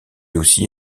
aussi